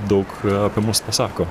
daug apie mus pasako